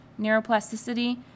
Neuroplasticity